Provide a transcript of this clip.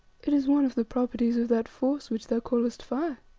it is one of the properties of that force which thou callest fire,